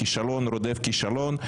כישלון רודף כישלון,